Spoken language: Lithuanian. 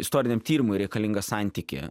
istoriniam tyrimui reikalingą santykį